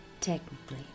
Technically